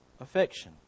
affection